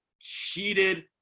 cheated